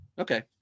Okay